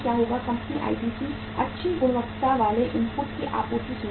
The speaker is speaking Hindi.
कंपनी आईटीसी अच्छी गुणवत्ता वाले इनपुट की आपूर्ति सुनिश्चित करेगी